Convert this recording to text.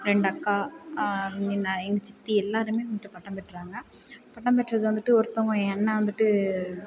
ரெண்டு அக்கா எங்கள் சித்தி எல்லோருமே வந்துட்டு பட்டம் பெற்றாங்க பட்டம் பெற்றது வந்துட்டு ஒருத்தவங்க என் அண்ணண் வந்துட்டு